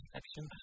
action